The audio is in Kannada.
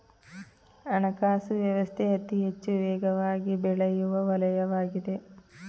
ಹಣಕಾಸು ವ್ಯವಸ್ಥೆ ಅತಿಹೆಚ್ಚು ವೇಗವಾಗಿಬೆಳೆಯುವ ವಲಯವಾಗಿದೆ